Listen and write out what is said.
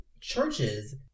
churches